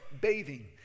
bathing